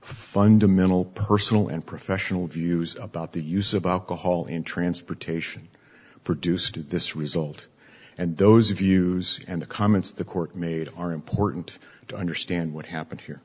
fundamental personal and professional views about the use of alcohol in transportation produced this result and those views and the comments the court made are important to understand what happened here